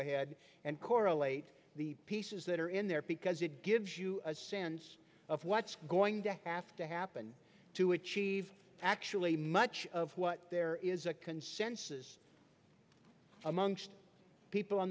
ahead and correlate the pieces that are in there because it gives you a sense of what's going to have to happen to achieve actually much of what there is a consensus amongst people on